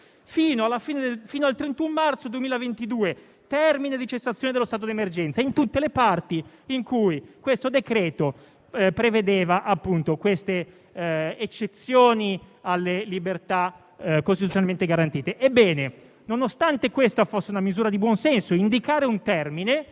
data del 31 marzo 2022, termine di cessazione dello stato di emergenza, in tutte le parti in cui il decreto-legge prevedeva queste eccezioni alle libertà costituzionalmente garantite. Ebbene, nonostante questa fosse una misura di buonsenso - ovvero